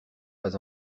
pas